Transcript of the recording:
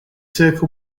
circle